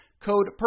code